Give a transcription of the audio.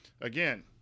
again